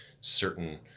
certain